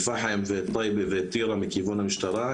פחם ואת טייבה ואת טירה מכיוון המשטרה,